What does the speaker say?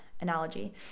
analogy